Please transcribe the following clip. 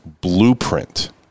Blueprint